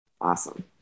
Awesome